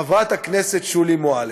חברת הכנסת שולי מועלם.